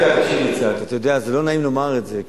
זה לא בנמצא לומר את זה,